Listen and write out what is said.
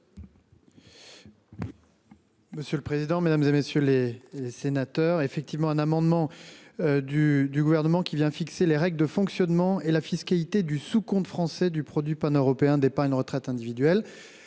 Monsieur le président, Mesdames, et messieurs les sénateurs effectivement un amendement. Du du gouvernement qui vient fixer les règles de fonctionnement et la fiscalité du sous-comptes français du produit paneuropéen d'épargne retraite individuelle